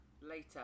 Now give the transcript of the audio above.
later